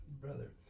brother